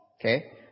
Okay